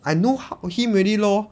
I know how him already lor